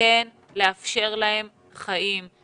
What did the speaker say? כן לאפשר להם חיים.